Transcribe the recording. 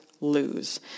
lose